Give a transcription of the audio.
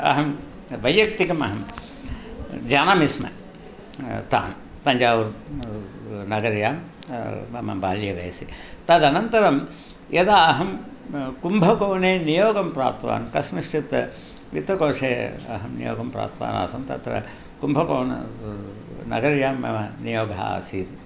अहं वैयक्तिकमहं जानामि स्म तान् तञ्जाऊर् नगर्यां मम बाल्यवयसि तदनन्तरं यदा अहं कुम्भकोणे नियोगं प्राप्तवान् कस्मिन्श्चित् वित्तकोषे अहं नियोगं प्राप्तवानासं तत्र कुम्भकोणनगर्यां मम नियोगः आसीत्